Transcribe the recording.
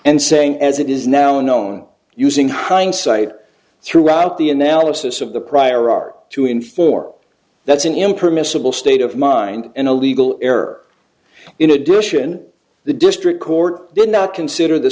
and saying as it is now known using hindsight throughout the analysis of the prior art to in four that's an impermissible state of mind and a legal error in addition the district court did not consider the